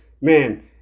Man